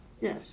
Yes